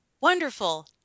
wonderful